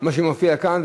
זה מה שמופיע לי כאן,